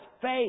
faith